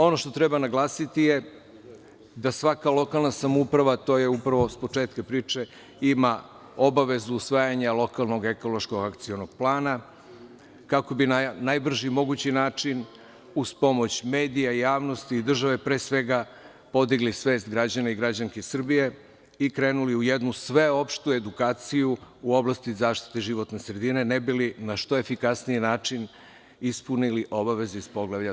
Ono što treba naglasiti je da svaka lokalna samouprava, to je upravo s početka priče, ima obavezu usvajanja lokalnog ekološkog akcionog plana, kako bi na najbrži mogući način, uz pomoć medija, javnosti i države, pre svega podigli svest građana i građanki Srbije i krenuli u jednu sveopštu edukaciju u oblasti zaštite životne sredine, ne bi li na što efikasniji način ispunili obaveze iz Poglavlja 27.